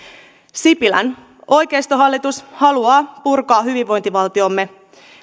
sipilän oikeistohallitus haluaa purkaa hyvinvointivaltiomme